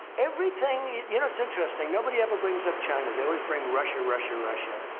everything you know, it's interesting. nobody ever brings up china. they always bring russia, russia, russia.